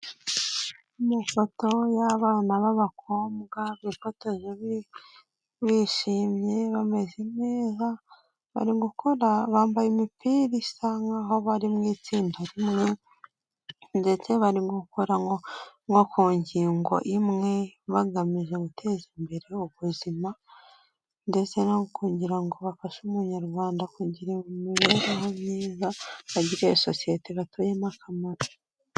Ni ifoto y'abana b'abakobwa bifotoje bishimye bameze neza, bari gukora, bambaye imipira isa nk'aho bari mu itsinda rimwe ndetse barimo gukora nko ku ngingo imwe bagamije guteza imbere ubuzima ndetse no kugira ngo bafashe umunyarwanda kugira imibereho myiza, bagirire sosiyete batuyemo akamaro.